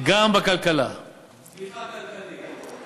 גם בכלכלה, צמיחה כלכלית.